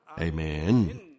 Amen